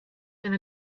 and